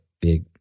big